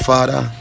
Father